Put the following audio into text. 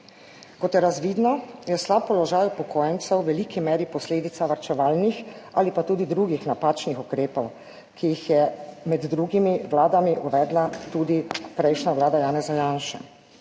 Kot je razvidno, je slab položaj upokojencev v veliki meri posledica varčevalnih ali pa tudi drugih napačnih ukrepov, ki jih je med drugimi vladami uvedla tudi prejšnja vlada Janeza Janše